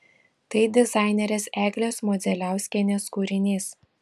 tai dizainerės eglės modzeliauskienės kūrinys